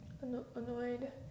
annoyed